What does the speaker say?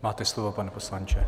Máte slovo, pane poslanče.